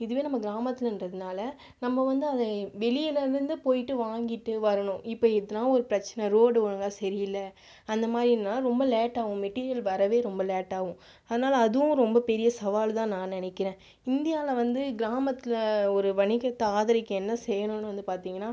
இதுவே நம்ப கிராமத்துலன்றதுனால் நம்ம வந்து அதை வெளியிலிருந்து போய்விட்டு வாங்கிகிட்டு வரணும் இப்போ இதெலாம் ஒரு பிரச்சனை ரோடு ஒழுங்காக சரியில்லை அந்த மாதிரின்னா ரொம்ப லேட்டாகவும் மெட்டீரியல் வரவே ரொம்ப லேட் ஆவும் அதனால் அதுவும் ரொம்ப பெரிய சவால்தான்னு நான் நினைக்கிறேன் இந்தியாவில் வந்து கிராமத்தில் ஒரு வணிகத்தை ஆதரிக்க என்ன செய்யணுன்னு வந்து பார்த்திங்கன்னா